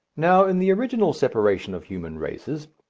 now, in the original separation of human races,